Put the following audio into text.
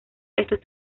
estos